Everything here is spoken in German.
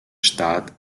staat